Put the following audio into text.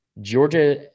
Georgia